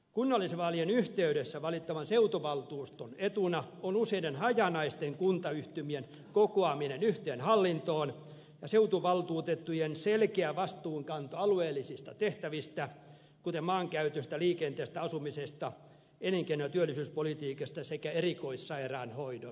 kunnallisvaalien yhteydessä valittavan seutuvaltuuston etuna on useiden hajanaisten kuntayhtymien kokoaminen yhteen hallintoon ja seutuvaltuutettujen selkeä vastuunkanto alueellisista tehtävistä kuten maankäytöstä liikenteestä asumisesta elinkeino ja työllisyyspolitiikasta sekä erikoissairaanhoidosta